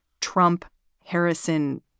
Trump-Harrison